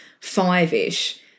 five-ish